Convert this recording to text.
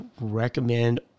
recommend